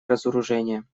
разоружения